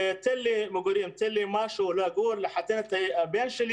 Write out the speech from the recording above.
תן לי מגורים, תן לי משהו לגור, לחתן את הבן שלי